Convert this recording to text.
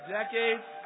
decades